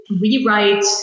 rewrite